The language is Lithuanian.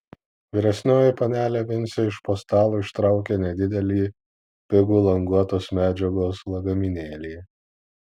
vyresnioji panelė vincė iš po stalo ištraukė nedidelį pigų languotos medžiagos lagaminėlį